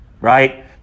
Right